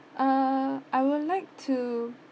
uh I would like to